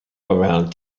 around